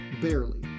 Barely